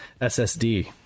ssd